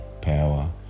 Power